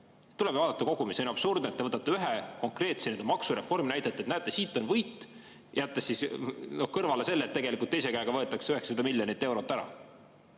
Tuleb ju vaadata kogumis? See on absurdne, et te võtate ühe konkreetse maksureformi ja näitate, et näete, siit on võit, jättes kõrvale selle, et tegelikult teise käega võetakse 900 miljonit eurot ära. Mu